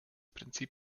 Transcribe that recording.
prinzip